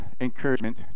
encouragement